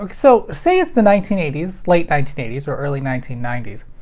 like so, say it's the nineteen eighty s late nineteen eighty s or early nineteen ninety s,